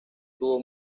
tuvo